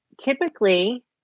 typically